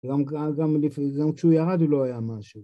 גם כשהוא ירד הוא לא היה משהו